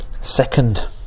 second